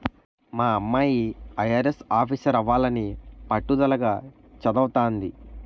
మా అమ్మాయి ఐ.ఆర్.ఎస్ ఆఫీసరవ్వాలని పట్టుదలగా చదవతంది